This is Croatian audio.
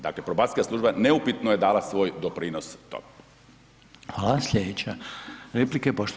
Dakle, probacijska služba neupitno je dala svoj doprinos tome.